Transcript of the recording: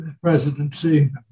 presidency